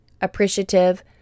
appreciative